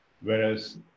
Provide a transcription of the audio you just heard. Whereas